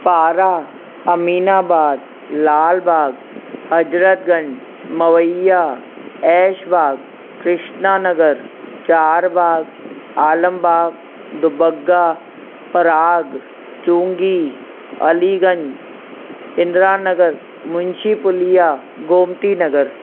Para Aminabad Lalbagh Hazratganj Mawaiya Aishbagh Krishnanagar Charbagh Alambagh Dubagga Parag Chungi Aliganj Indira Nagar Munshi Pulia Gomti Nagar